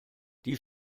die